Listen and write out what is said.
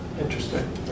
interesting